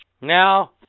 Now